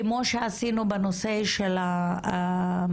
כמו שעשינו בנושא של הרופאים